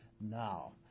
Now